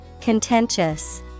Contentious